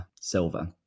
silver